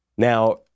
Now